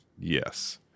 Yes